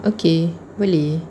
okay boleh